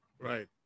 Right